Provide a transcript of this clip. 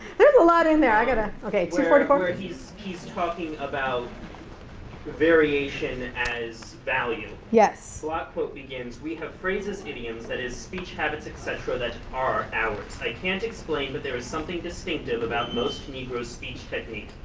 there's a lot in there, i gotta, okay, two hundred and forty four. where he's he's talking about variation as value. yes. block quote begins, we have phrases, idioms, that is speech habits, et cetera, that are ours. i can't explain, but there is something distinctive about most negro's speech technique.